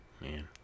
man